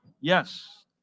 Yes